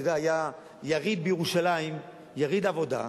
אתה יודע, היה יריד בירושלים, יריד עבודה,